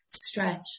stretch